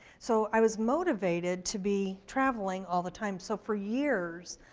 so i was motivated to be traveling all the time. so for years,